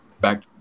Back